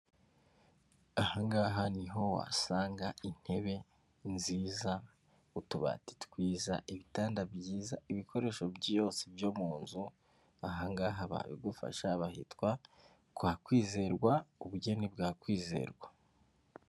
Ahangaha ni ho wasanga intebe nziza, utubati twiza, ibitanda byiza, ibikoresho byose byo mu nzu. Ahangaha babigufasha ,hitwa kwa Kwizerwa ubugeni bwa Kwizerwa.